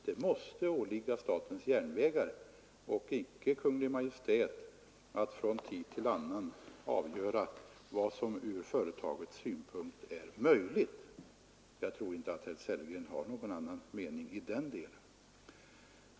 Det måste åligga statens järnvägar, inte Kungl. Maj:t, att från tid till annan avgöra vad som från företagets synpunkt är möjligt. Jag tror inte heller att herr Sellgren i den delen har någon annan mening.